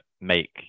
make